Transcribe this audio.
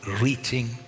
reaching